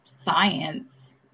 science